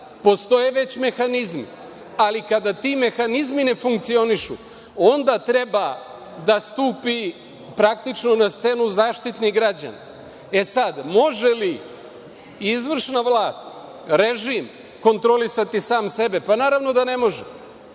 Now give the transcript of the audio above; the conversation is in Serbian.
Postoje već mehanizmi, ali kada ti mehanizmi ne funkcionišu onda treba da stupi praktično na scenu Zaštitnik građana. E, sad, može li izvršna vlast, režim kontrolisati sam sebe? Pa, naravno da ne može,